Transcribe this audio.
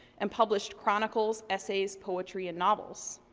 and published chronicles, essays, poetry and novels.